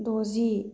द'जि